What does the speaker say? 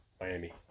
Miami